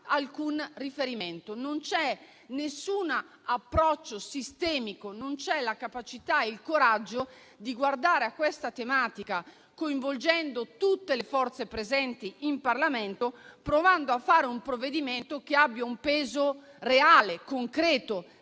alcun riferimento, non c'è nessun approccio sistemico, non ci sono la capacità e il coraggio di guardare a questa tematica coinvolgendo tutte le forze presenti in Parlamento, provando a fare un provvedimento che abbia un peso reale e concreto